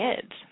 kids